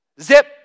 Zip